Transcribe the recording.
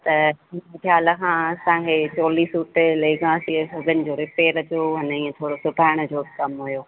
त मूंखे हाल का असांखे चोली सूट लहंगा इहे सभु रिपेयर जो न ये थोरो सिबाइणा जो कमु हुओ